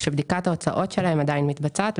שבדיקות ההוצאות שלהם עדיין מתבצעת,